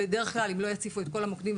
אלא אם יציפו את כל המוקדים,